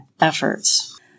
efforts